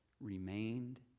remained